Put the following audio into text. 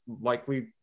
likely